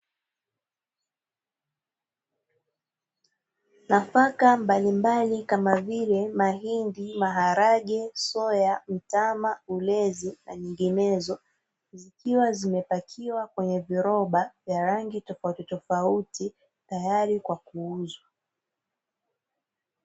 Nafaka mbalimbali kama vile mahindi, maharage, soya, mtama, ulezi na nyinginezo, zikiwa zimepakiwa kwenye viroba vya rangi tofautitofauti, tayari kwa kuuzwa.